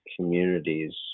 communities